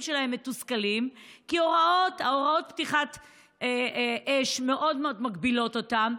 שלהם מתוסכלים כי הוראות הפתיחה באש מאוד מאוד מגבילות אותם,